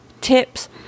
tips